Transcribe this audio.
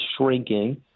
shrinking